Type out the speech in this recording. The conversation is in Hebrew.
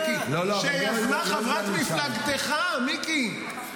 יזמה חברת מפלגתך, מיקי.